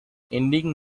ending